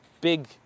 big